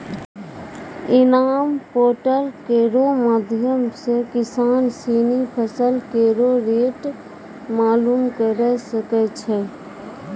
इनाम पोर्टल केरो माध्यम सें किसान सिनी फसल केरो रेट मालूम करे सकै छै